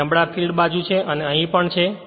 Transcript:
જે નબળા ફિલ્ડ બાજુ છે અને અહીં પણ છે